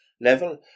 level